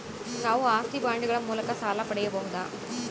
ನಾವು ಆಸ್ತಿ ಬಾಂಡುಗಳ ಮೂಲಕ ಸಾಲ ಪಡೆಯಬಹುದಾ?